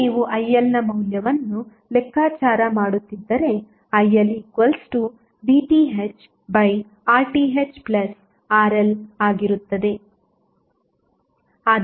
ಈಗ ನೀವು ILನ ಮೌಲ್ಯವನ್ನು ಲೆಕ್ಕಾಚಾರ ಮಾಡುತ್ತಿದ್ದರೆ ILVThRThRL ಆಗಿರುತ್ತದೆ